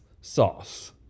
sauce